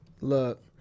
look